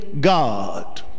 God